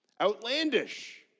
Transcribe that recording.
outlandish